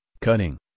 cutting